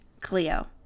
cleo